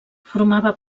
formava